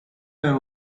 were